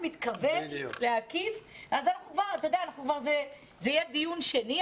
זה יהיה דיון שני.